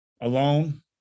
alone